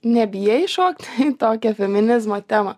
nebijai šokti į tokią feminizmo temą